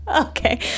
Okay